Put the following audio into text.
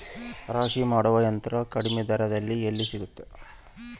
ರಾಶಿ ಮಾಡುವ ಯಂತ್ರ ಕಡಿಮೆ ದರದಲ್ಲಿ ಎಲ್ಲಿ ಸಿಗುತ್ತದೆ?